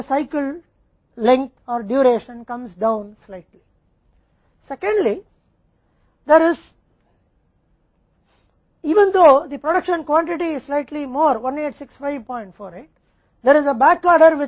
दूसरी बात यह है कि उत्पादन की मात्रा 186548 से थोड़ी अधिक होने के बावजूद एक बैकऑर्डर है